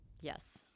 Yes